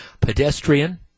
Pedestrian